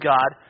God